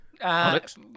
Alex